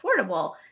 affordable